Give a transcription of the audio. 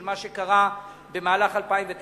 של מה שקרה במהלך 2009,